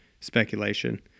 speculation